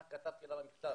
כך כתבתי לה במכתב.